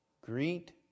Greet